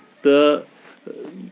تہٕ